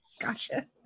gotcha